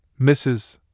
Mrs